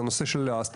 הוא נושא התעסוקה.